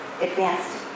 advanced